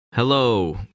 Hello